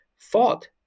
thought